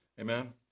amen